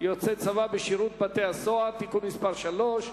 (הצבת יוצאי צבא בשירות בתי-הסוהר) (תיקון מס' 3),